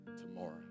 tomorrow